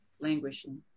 languishing